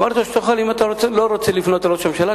ואמרתי לו: אם אתה לא רוצה לפנות אל ראש הממשלה,